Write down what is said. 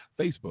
Facebook